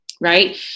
right